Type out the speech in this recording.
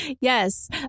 Yes